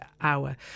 hour